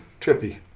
Trippy